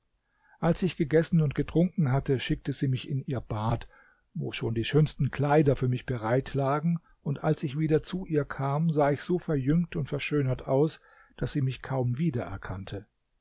als ich gegessen und getrunken hatte schickte sie mich in ihr bad wo schon die schönsten kleider für mich bereit lagen und als ich wieder zu ihr kam sah ich so verjüngt und verschönert aus daß sie mich kaum